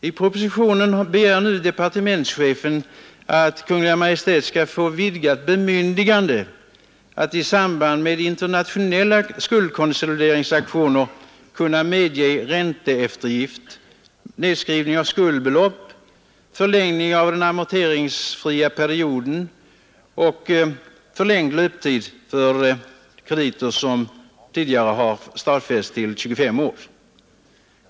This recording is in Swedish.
I propositionen begär nu departementschefen att Kungl. Maj:t skall få vidgat bemyndigande att i samband med internationella skuldkonsolideringsaktioner kunna medge ränteeftergift, nedskrivning av skuldbelopp, förlängning av den amorteringsfria perioden och förlängd löptid för krediter som tidigare har stadfästs till 25 år.